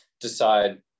decide